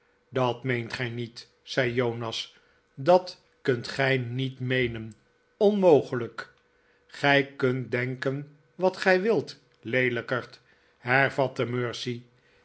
dat meent gij niet zei jonas dat kunt gij niet meenen onmogelijk gij kunt denken wat gij wilt leelijkerd hervatte mercy